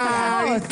--- רבותיי,